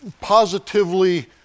positively